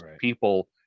people